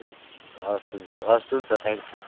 हवस् हुन्छ हवस् हुन्छ थ्याङ्क यू